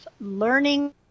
learning